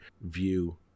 view